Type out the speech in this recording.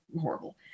horrible